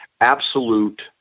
absolute